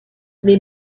les